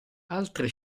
altre